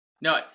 No